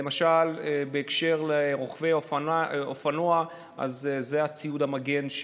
למשל, בהקשר לרוכבי אופנוע זה ציוד המגן.